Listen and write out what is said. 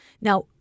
Now